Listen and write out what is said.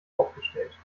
aufgestellt